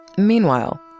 Meanwhile